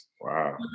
Wow